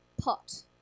pot